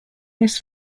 this